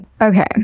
Okay